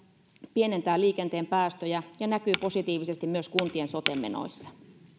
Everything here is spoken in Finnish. pienentää liikenteen päästöjä ja näkyy positiivisesti myös kuntien sote menoissa